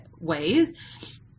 ways